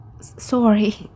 sorry